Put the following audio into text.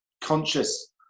conscious